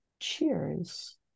Cheers